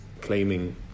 claiming